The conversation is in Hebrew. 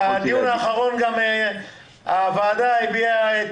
בדיון האחרון הביעה הוועדה את